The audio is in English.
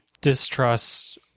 distrust